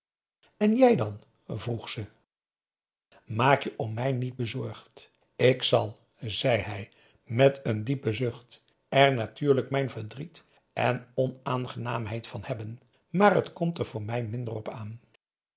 en jij dan vroeg ze maak je om mij niet bezorgd ik zal zei hij met een diepe zucht er natuurlijk mijn verdriet en onaangenaamheid van hebben maar het komt er voor mij minder op aan